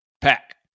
pack